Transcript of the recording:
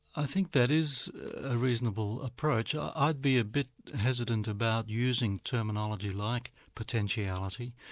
i think that is a reasonable approach. um i'd be a bit hesitant about using terminology like potentiality.